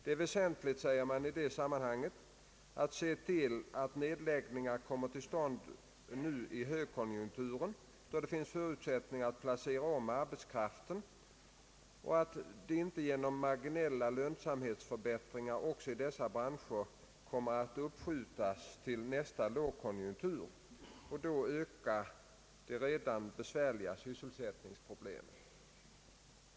Det är väsentligt, säger man i detta sammanhang, att se till att nedläggningar kommer till stånd nu i högkonjunkturen, då det finns förutsättningar att placera om arbetskraft, och att de inte genom marginella lönsamhetsförbättringar också i dessa branscher kommer att uppskjutas till nästa lågkonjunktur och då öka de redan besvärliga sysselsättningsproblemen.